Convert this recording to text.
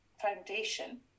foundation